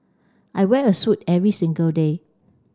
I wear a suit every single day